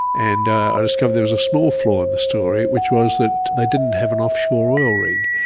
and i discovered there was a small flaw in the story, which was that they didn't have an offshore oil rig.